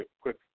quick